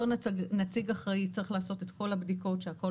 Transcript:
אותו נציג אחראי צריך לעשות את כל הבדיקות שהכול